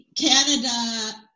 Canada